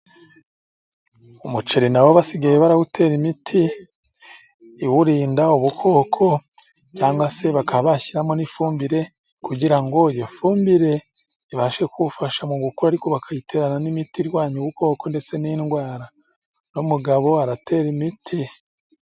Umuceri na wo basigaye barawutera imiti iwurinda ubukoko, cyangwa se bakaba bashyiramo n'ifumbire kugira ngo iyo fumbire ibashe kuwufasha mu gukura, ariko bakayiterana n'imiti irwanya ubukoko ndetse n'indwara. Umugabo aratera imiti.